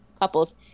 couples